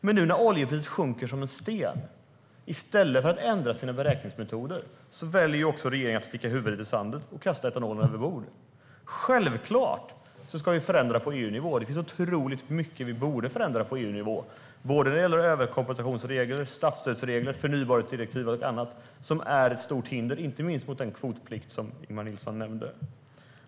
Men nu sjunker oljepriset som en sten, och i stället för att ändra sina beräkningsmetoder väljer regeringen att sticka huvudet i sanden och kasta etanolen över bord. Självklart ska vi förändra på EU-nivå. Det finns otroligt mycket vi borde förändra på EU-nivå när det gäller överkompensationsregler, statsstödsregler, förnybarhetsdirektiv och annat som är stora hinder inte minst mot den kvotplikt som Ingemar Nilsson nämnde.